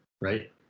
right